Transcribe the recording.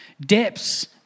depths